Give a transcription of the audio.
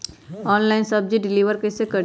Online सब्जी deliver कैसे करें?